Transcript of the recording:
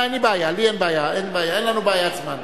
אין לנו בעיית זמן.